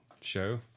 show